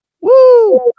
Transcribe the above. Woo